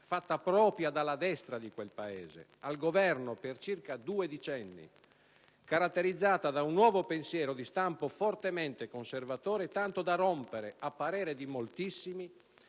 fatta propria dalla destra di quel Paese, al governo per circa due decenni, caratterizzata da un nuovo pensiero di stampo fortemente conservatore tanto da rompere a parere di moltissimi